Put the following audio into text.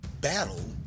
battle